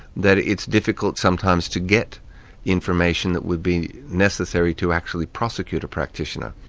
that it's difficult sometimes to get information that would be necessary to actually prosecute a practitioner.